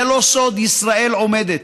זה לא סוד שישראל עומדת,